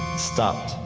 stopped.